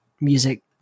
music